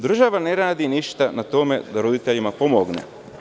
Država ne radi ništa na tome da roditeljima pomogne.